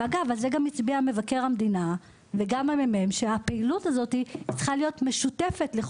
על זה גם הצביע מבקר המדינה וגם מרכז המחקר והמידע,